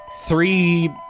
Three